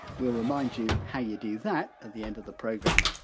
we're remind you how you do that at the end of the programme.